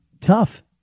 tough